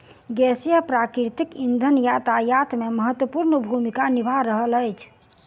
गैसीय प्राकृतिक इंधन यातायात मे महत्वपूर्ण भूमिका निभा रहल अछि